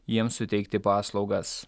jiems suteikti paslaugas